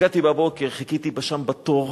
הגעתי בבוקר, חיכיתי שם בתור.